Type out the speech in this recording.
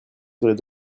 serait